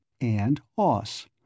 and-os